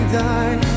die